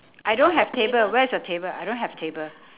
I don't have table where's your table I don't have table